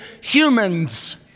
humans